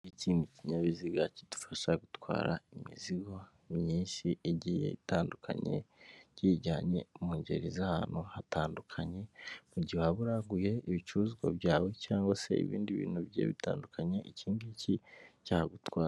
Iki ngiki ni ikinyabiziga kidufasha gutwara imizigo myinshi igiye itandukanye kiyijyanye mu ngeri z'ahantu hatandukanye, mu gihe waba uraguye ibicuruzwa byawe cyangwa se ibindi bintu bigiye bitandukanye iki ngiki cyagutwa.